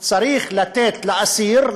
צריך לתת לאסיר,